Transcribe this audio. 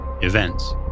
events